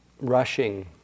Rushing